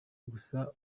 gusa